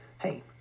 Hey